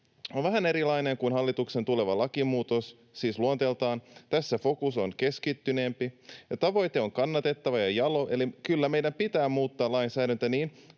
on vähän erilainen kuin hallituksen tuleva lakimuutos — siis luonteeltaan. Tässä fokus on keskittyneempi ja tavoite on kannatettava ja jalo, eli kyllä, meidän pitää muuttaa lainsäädäntöä niin